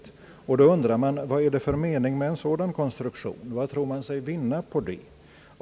Då undrar man vad det är för mening med en sådan konstruktion. Vad tror man sig vinna på den?